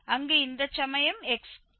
அங்கு இந்தச்சமயம் x2 இருக்கும்